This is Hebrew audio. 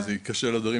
בשמחה, זה מתקשר לדברים